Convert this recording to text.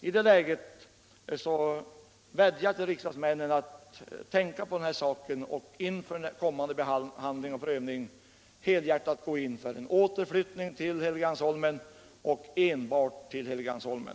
I det läget vädjar jag till riksdagsmännen att tänka på denna sak och inför kommande förhandling och prövning helhjärtat gå in för en återflyttning till Helgeandsholmen och enbart till Helgeandsholmen.